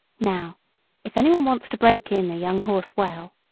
now if any one wants to break in a young horse well,